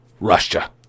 Russia